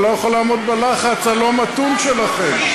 אני לא יכול לעמוד בלחץ הלא-מתון שלכם.